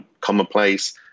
commonplace